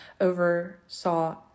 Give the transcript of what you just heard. oversaw